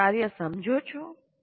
તમે કાર્ય સમજો છો